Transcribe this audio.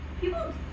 People